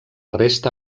resta